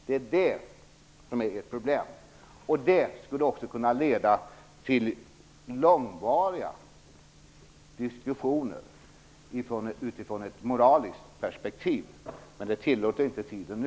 Det är det som är ert problem. Detta skulle också kunna leda till långvariga diskussioner utifrån ett moraliskt perspektiv. Men det tillåter inte tiden nu.